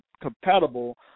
compatible